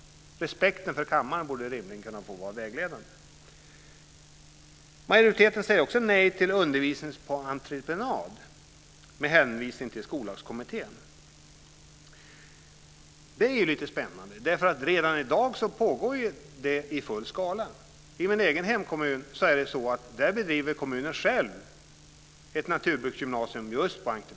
Respekten för kammaren borde rimligen vara vägledande. Majoriteten säger också nej till undervisning på entreprenad med hänvisning till Skollagskommittén. Det är spännande. Redan i dag pågår sådan i full skala. I min egen hemkommun bedriver kommunen själv ett naturbruksgymnasium på entreprenad.